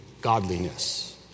godliness